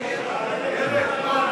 לסעיף 27, ביטוח לאומי,